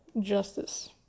justice